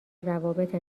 روابط